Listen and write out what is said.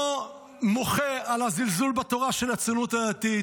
לא מוחה על הזלזול בתורה של הציונות הדתית,